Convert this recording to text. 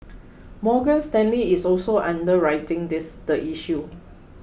Morgan Stanley is also underwriting this the issue